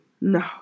No